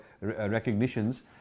recognitions